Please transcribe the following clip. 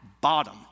bottom